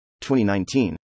2019